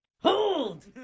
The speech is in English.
Hold